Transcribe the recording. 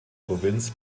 provinz